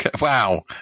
Wow